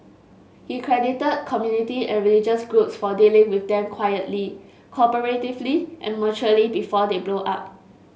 he credited community and religious groups for dealing with them quietly cooperatively and maturely before they blow up